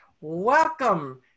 Welcome